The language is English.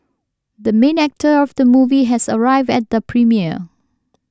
the main actor of the movie has arrived at the premiere